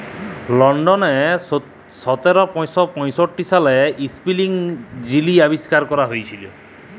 লল্ডলে সতের শ পঁয়ষট্টি সালে ইস্পিলিং যিলি আবিষ্কার ক্যরা হঁইয়েছিল